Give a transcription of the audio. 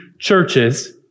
Churches